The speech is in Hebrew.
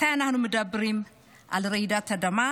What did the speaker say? מתי אנחנו מדברים על רעידת אדמה?